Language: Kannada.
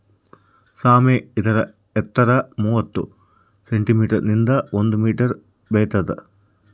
ಸಾಮೆ ಇದರ ಎತ್ತರ ಮೂವತ್ತು ಸೆಂಟಿಮೀಟರ್ ನಿಂದ ಒಂದು ಮೀಟರ್ ಬೆಳಿತಾತ